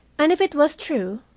and if it was true,